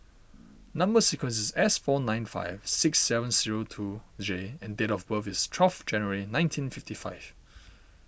Number Sequence is S four nine five six seven zero two J and date of birth is twelve January nineteen fifty five